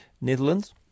Netherlands